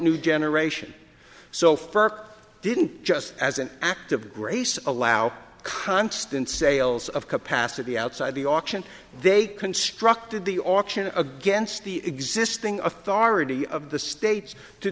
new generation so far didn't just as an act of grace allow constant sales of capacity outside the auction they constructed the auction against the existing authority of the states to